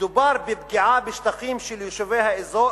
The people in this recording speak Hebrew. "מדובר בפגיעה בשטחים של יישובי האזור